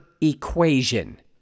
equation